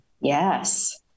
Yes